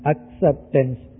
Acceptance